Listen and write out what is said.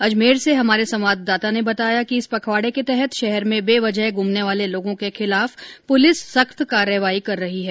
अजमेर से हमारे संवाददाता ने बताया कि इस पखवाडे के तहत शहर में बेवजह घूमने वाले लोगों के खिलाफ पुलिस सख्त कार्रवाई कर रही है